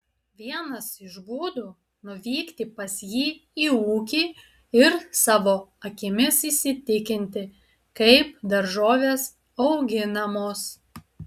vienas iš būdų nuvykti pas jį į ūkį ir savo akimis įsitikinti kaip daržovės auginamos